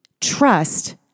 Trust